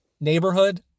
neighborhood